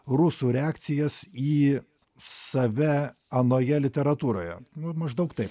rusų reakcijas į save anoje literatūroje nu maždaug taip